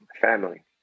Family